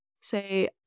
say